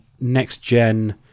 next-gen